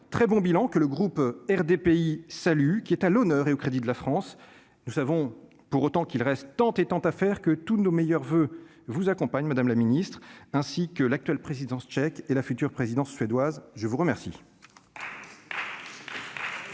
très bon bilan que le groupe RDPI saluent qui est à l'honneur et au crédit de la France, nous savons pour autant qu'il reste tant et tant à faire que tous nos meilleurs voeux vous accompagnent, Madame la Ministre, ainsi que l'actuelle présidence tchèque et la future présidence suédoise, je vous remercie.